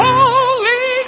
Holy